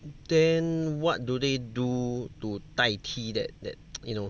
then what do they do to 代替 that that you know